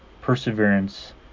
perseverance